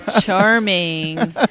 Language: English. charming